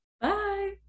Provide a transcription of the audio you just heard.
Bye